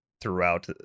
throughout